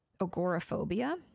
agoraphobia